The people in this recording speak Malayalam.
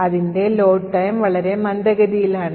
അതിൻറെ load time വളരെ മന്ദഗതിയിലാണ്